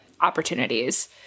opportunities